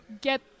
get